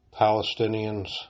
Palestinians